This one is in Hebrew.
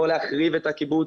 לא להחריב את הקיבוץ